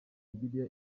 bibiliya